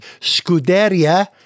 Scuderia